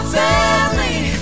family